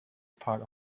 part